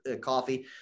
coffee